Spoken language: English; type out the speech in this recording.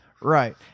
Right